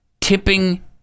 tipping